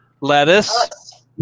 Lettuce